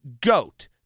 GOAT